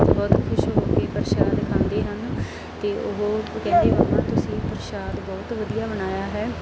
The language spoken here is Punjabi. ਬਹੁਤ ਖੁਸ਼ ਹੋ ਕੇ ਪ੍ਰਸ਼ਾਦ ਖਾਂਦੇ ਹਨ ਅਤੇ ਉਹ ਕਹਿੰਦੇ ਮੰਮਾ ਤੁਸੀਂ ਪ੍ਰਸ਼ਾਦ ਬਹੁਤ ਵਧੀਆ ਬਣਾਇਆ ਹੈ